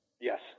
Yes